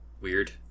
Weird